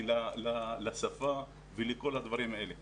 לשפה ולכל הדברים האלה.